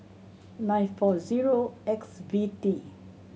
nine four zero X V T